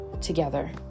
together